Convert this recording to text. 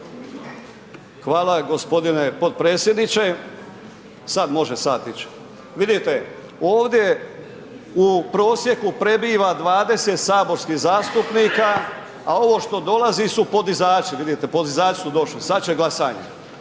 Hvala gospodine potpredsjedniče. Sada može sat ići. Vidite ovdje u prosjeku prebiva 20 saborskih zastupnika, a ovo što dolazi su podizači, vidite podizači su došli, sada će glasanje.